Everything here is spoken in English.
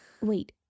Wait